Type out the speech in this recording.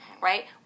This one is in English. right